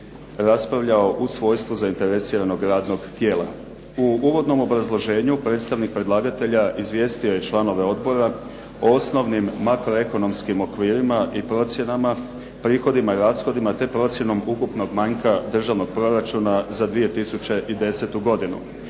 raspravljao u svojstvu zainteresiranog radnog tijela. U uvodnom obrazloženju predstavnik predlagatelja izvjestio je članove odbora o osnovnim makroekonomskim okvirima i procjenama, prihodima i rashodima te procjenom ukupnog manjka Državnog proračuna za 2010. godinu.